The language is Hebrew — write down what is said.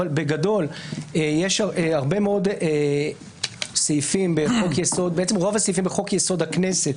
אבל בגדול רוב הסעיפים בחוק-יסוד: הכנסת